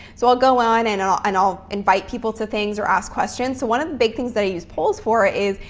so i'll go on and i'll and i'll invite people to things or ask questions. so one of the big things that i use polls for it is,